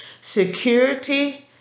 security